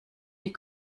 die